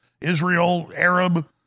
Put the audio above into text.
Israel-Arab